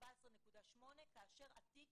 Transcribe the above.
כאשר התיק